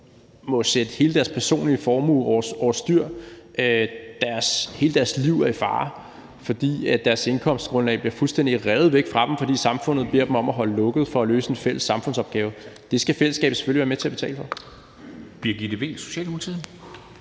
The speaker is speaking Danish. må sætte hele deres personlige formue over styr. Hele deres liv er i fare, fordi deres indkomstgrundlag bliver fuldstændig revet væk fra dem, fordi samfundet beder dem om at holde lukket for at løse en fælles samfundsopgave. Det skal fællesskabet selvfølgelig være med til at betale for.